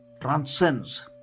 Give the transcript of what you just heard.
transcends